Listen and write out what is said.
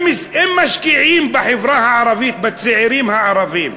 אם משקיעים בחברה הערבית, בצעירים הערבים,